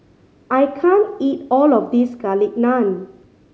I can't eat all of this Garlic Naan